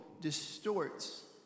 distorts